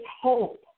hope